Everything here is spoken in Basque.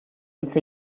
hitz